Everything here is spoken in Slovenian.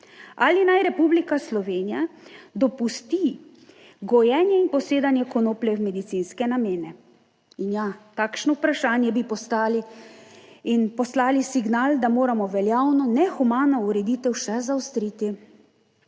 ali naj Republika Slovenija dopusti gojenje in posedanje konoplje v medicinske namene? In ja, takšno vprašanje bi postali in poslali signal, da moramo veljavno nehumano ureditev še zaostriti.